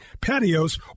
patios